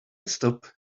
stop